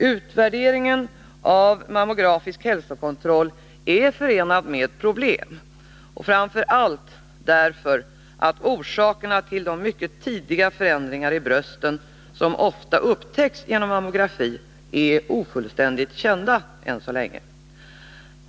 Utvärderingen av mammografisk hälsokontroll är förenad med många problem framför allt därför att orsakerna till de mycket tidiga förändringar i brösten som ofta upptäcks genom mammografi är ofullständigt kända.